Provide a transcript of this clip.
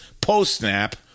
post-snap